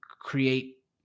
create